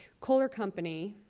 kohler company